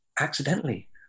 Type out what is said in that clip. accidentally